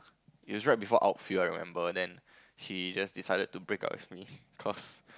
it was right before outfield I remember then she just decided to break up with me because